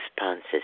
responses